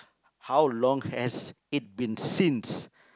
how long has it been since